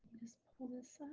just pull this up.